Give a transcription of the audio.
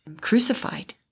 crucified